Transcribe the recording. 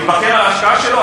מתבכיין על ההשקעה שלו,